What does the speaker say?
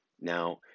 Now